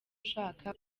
ushaka